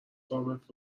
ثابت